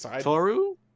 Toru